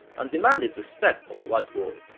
and demanded respect from the white world.